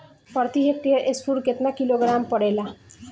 प्रति हेक्टेयर स्फूर केतना किलोग्राम पड़ेला?